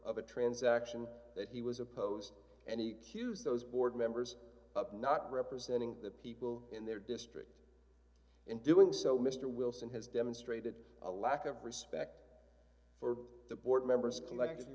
of a transaction that he was opposed and he cues those board members up not representing the people in their district in doing so mr wilson has demonstrated a lack of respect for the board members collect